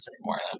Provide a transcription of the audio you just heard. anymore